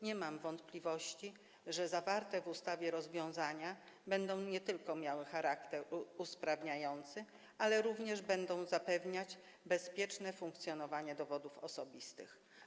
Nie mam wątpliwości, że zawarte w ustawie rozwiązania nie tylko będą miały charakter usprawniający, ale również będą zapewniać bezpieczne funkcjonowanie dowodów osobistych.